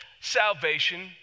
salvation